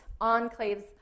enclaves